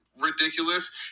ridiculous